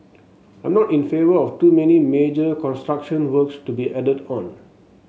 I'm not in favour of too many major construction works to be added on